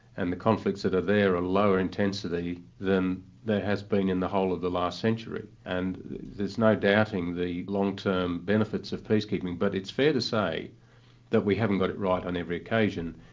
and the conflicts that are there are lower intensity than there has been in the whole of the last century, and there's no doubting the long-term benefits of peacekeeping, but it's fair to say that we haven't got it right on every occasion.